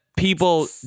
People